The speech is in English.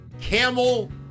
camel